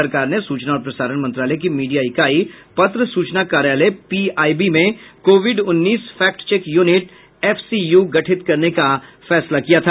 सरकार ने सूचना और प्रसारण मंत्रालय की मीडिया इकाई पत्र सूचना कार्यालय पीआईबी में कोविड उन्नीस फैक्ट चेक यूनिट एफसीयू गठित करने का फैसला किया था